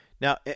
Now